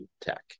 tech